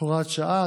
(הוראת שעה),